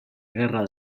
guerra